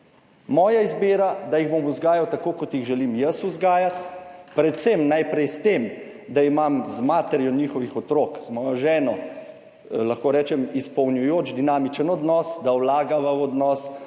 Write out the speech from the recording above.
Moja izbira, da jih bom vzgajal tako, kot jih želim jaz vzgajati, predvsem najprej s tem, da imam z materjo njihovih otrok, z mojo ženo, lahko rečem, izpolnjujoč dinamičen odnos, da vlagava v odnos,